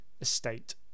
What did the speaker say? estate